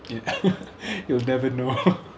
you'll never know